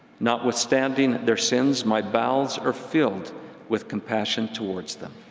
notwithstanding their sins, my bowels are filled with compassion towards them.